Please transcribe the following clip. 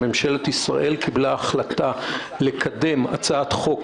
שממשלת ישראל קבלה החלטה לקדם הצעת חוק